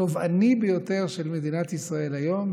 התובעני ביותר של מדינת ישראל היום,